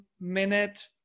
minute